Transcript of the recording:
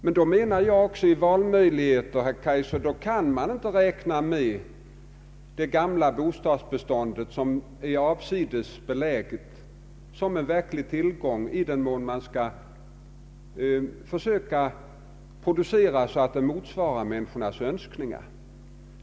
Men när det gäller valmöjligheter menar jag, herr Kaijser, att man inte kan räkna med det gamla bostadsbestånd som är avsides beläget såsom en verklig tillgång när man skall försöka tillfredsställa människornas önskningar.